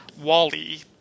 Wally